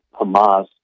Hamas